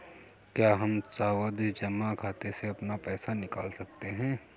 क्या हम सावधि जमा खाते से अपना पैसा निकाल सकते हैं?